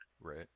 Right